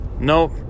Nope